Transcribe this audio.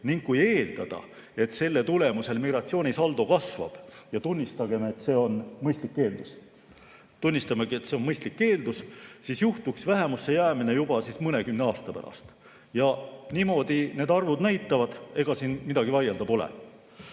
Kui eeldada, et selle tulemusel migratsioonisaldo kasvab – ja tunnistagem, et see on mõistlik eeldus –, siis juhtuks vähemusse jäämine juba mõnekümne aasta pärast. Niimoodi need arvud näitavad, ega siin midagi vaielda pole.